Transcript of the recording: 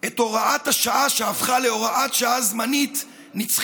את הוראת השעה שהפכה להוראת שעה זמנית-נצחית,